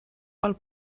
pel